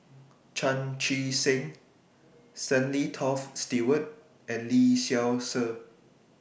Chan Chee Seng Stanley Toft Stewart and Lee Seow Ser